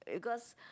because